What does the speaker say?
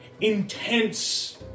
intense